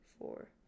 four